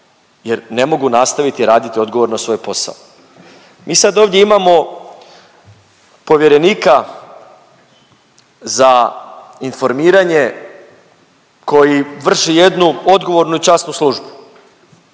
jer ne mogu nastaviti raditi odgovorno svoj posao. Mi sad ovdje imamo povjerenika za informiranje koji vrši jednu odgovornu i časnu službu